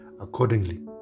accordingly